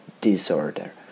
disorder